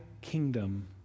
kingdom